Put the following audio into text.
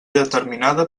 determinada